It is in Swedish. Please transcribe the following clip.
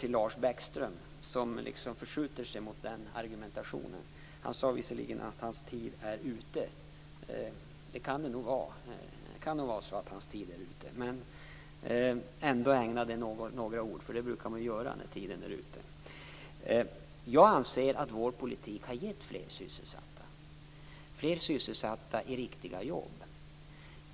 Lars Bäckström förskjuter sig mot den argumentationen. Han sade visserligen att hans tid är ute. Det kan nog vara så att hans tid är ute, men jag skall ändå ägna några ord åt det han sade, eftersom man brukar göra det när tiden är ute. Jag anser att vår politik har gett fler sysselsatta i riktiga jobb.